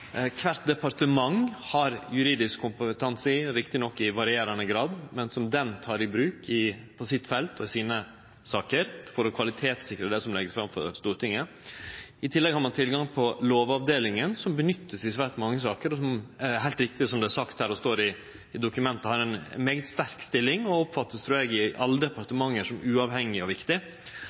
Kvart departement har juridisk kompetanse, riktignok i varierande grad, som dei tek i bruk på sitt felt og sine saker for å kvalitetssikre det som vert lagt fram for Stortinget. I tillegg har ein tilgang på Lovavdelinga, som vert nytta i svært mange saker, og som det heilt riktig er sagt her, og som det står i dokumenta, har ei svært sterk stilling og i alle departement vert oppfatta som uavhengig og viktig.